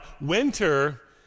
winter